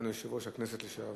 אדוני, סגן יושב-ראש הכנסת לשעבר.